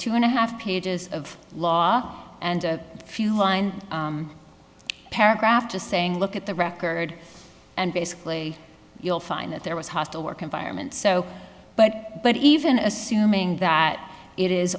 two and a half pages of law and a few lined paragraph just saying look at the record and basically you'll find that there was hostile work environment so but but even assuming that it is